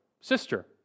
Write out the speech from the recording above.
sister